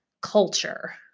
culture